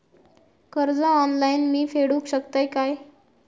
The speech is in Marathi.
कर्ज ऑनलाइन मी फेडूक शकतय काय?